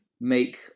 make